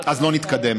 אז לא נתקדם.